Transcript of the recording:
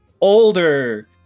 older